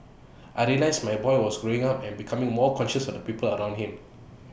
I realised my boy was growing up and becoming more conscious of the people around him